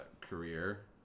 career